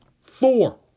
Four